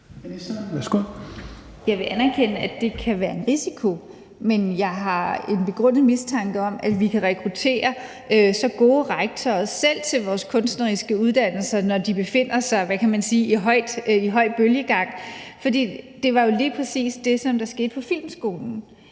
Mogensen): Jeg vil anerkende, at det kan være en risiko, men jeg har et begrundet håb om, at vi kan rekruttere tilstrækkelig gode rektorer til vores kunstneriske uddannelser, selv når de befinder sig i – hvad kan man sige – høj bølgegang. Det var jo lige præcis det, som skete på Filmskolen,